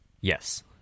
Yes